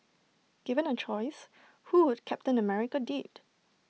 given A choice who would captain America date